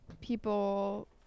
people